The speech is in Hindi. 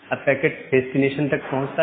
अब पैकेट डेस्टिनेशन पर पहुंचता है